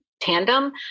tandem